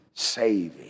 saving